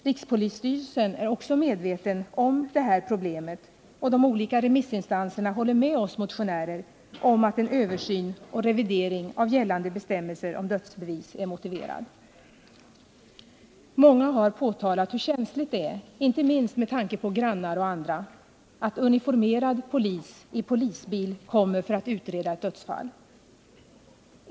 Rikspolisstyrelsen är också medveten om detta problem, och de olika remissinstanserna håller med oss motionärer om att en översyn och revidering av gällande bestämmelser om dödsbevis är motiverad. Många har påtalat hur känsligt det är — inte minst med tanke på grannar och andra — att uniformerad polis i polisbil kommer för att utreda ett dödsfall.